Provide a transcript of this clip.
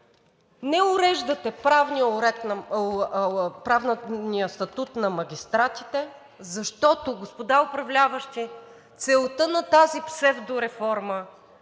Не уреждате правния статут на магистратите, защото, господа управляващи, целта на тази псевдореформа